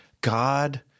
God